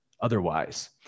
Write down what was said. otherwise